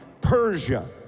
Persia